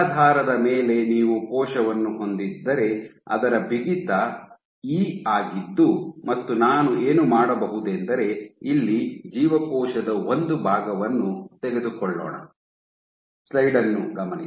ತಲಾಧಾರದ ಮೇಲೆ ನೀವು ಕೋಶವನ್ನು ಹೊಂದಿದ್ದರೆ ಅದರ ಬಿಗಿತ ಇ ಆಗಿದ್ದು ಮತ್ತು ನಾನು ಏನು ಮಾಡಬಹುದೆಂದರೆ ಇಲ್ಲಿ ಜೀವಕೋಶದ ಒಂದು ಭಾಗವನ್ನು ತೆಗೆದುಕೊಳ್ಳೋಣ